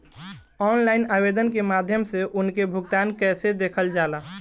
Online आवेदन के माध्यम से उनके भुगतान कैसे देखल जाला?